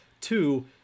Two